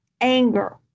anger